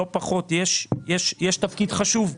יש תפקיד חשוב לא פחות,